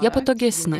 jie patogesni